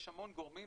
יש המון גורמים,